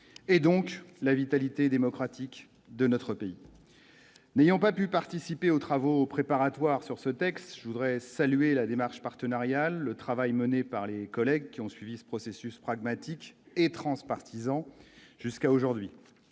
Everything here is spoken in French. et donc la vitalité démocratique de notre pays n'ayant pas pu participer aux travaux préparatoires sur ce texte, je voudrais saluer la démarche partenariale le travail mené par les collègues qui ont suivi ce processus pragmatique et transpartisan jusqu'à aujourd'hui,